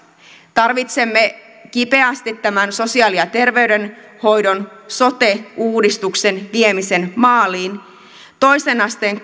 tarvitsemme kipeästi tämän sosiaali ja terveydenhoidon sote uudistuksen viemisen maaliin toisen asteen